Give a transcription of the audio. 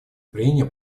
прения